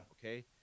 Okay